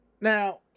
Now